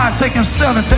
um taking seven,